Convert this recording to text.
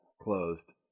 closed